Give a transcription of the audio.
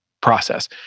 process